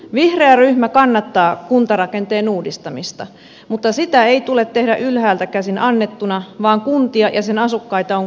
vihreä ryhmä kannattaa kuntarakenteen uudistamista mutta sitä ei tule tehdä ylhäältä käsin annettuna vaan kuntia ja sen asukkaita on kuultava